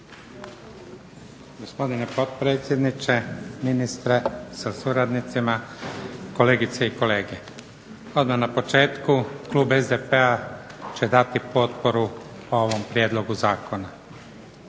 Gospodine potpredsjedniče, ministre sa suradnicima, kolegice i kolege. Odmah na početku klub SDP-a će dati potporu ovom prijedlogu zakona.